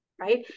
right